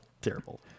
Terrible